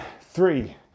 three